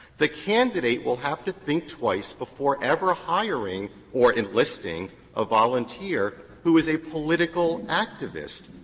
the candidate will have to think twice before ever hiring or enlisting a volunteer who is a political activist.